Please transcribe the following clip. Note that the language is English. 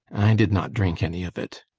i did not drink any of it.